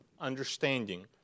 understanding